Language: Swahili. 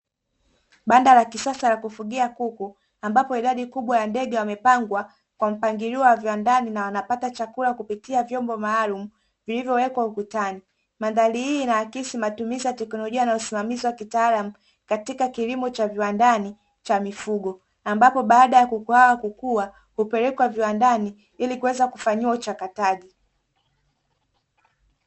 Banda la kisasa la kufugia kuku ambapo idadi kubwa ya ndege wamepangwa kwa mpangilio wa viwandani na wanapata chakula kupitia vyombo maalumu vilivyowekwa ukutani. Mandhari hii inaakisi matumizi ya teknolojia na usimamizi wa kitaalamu katika kilimo cha viwandani cha mifugo ambapo baada ya kuku hawa kukua hupelekwa viwandani ili kuweza kufanyiwa uchakataji.